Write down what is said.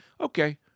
okay